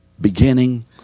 beginning